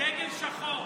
דגל שחור,